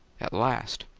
at last!